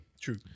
True